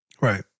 Right